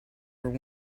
are